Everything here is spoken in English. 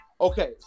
Okay